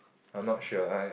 I'm not sure I